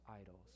idols